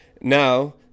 Now